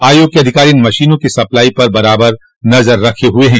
आयोग के अधिकारी इन मशीनों की सप्लाई पर बराबर नजर रखे हुए हैं